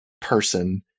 person